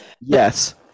yes